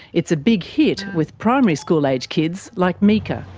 it's a big hit with primary school age kids, like mika.